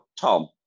Tom